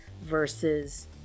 versus